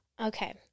Okay